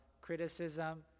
criticism